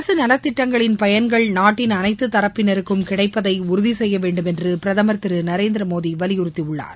அரசு நலத்திட்டங்களின் பயன்கள் நாட்டின் அனைத்து தரப்பினருக்கும் கிடைப்பதை உறுதி செய்யவேண்டும் என்று பிரதமர் திரு நரேந்திரமோடி வலியுறுத்தியுள்ளார்